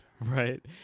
right